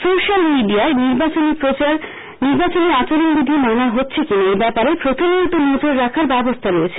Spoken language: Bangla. সোস্যাল মিডিয়ায় নির্বাচনী প্রচার নির্বাচনী আচরণবিধি মানা হচ্ছে কিনা এব্যাপারে প্রতিনিয়ত নজর রাখার ব্যবস্থা হয়েছে